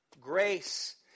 Grace